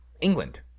england